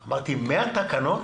אמרתי: 100 תקנות?